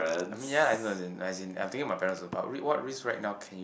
I mean ya no as in as in I'm thinking parents about risk what risk right now can you